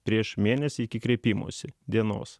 prieš mėnesį iki kreipimosi dienos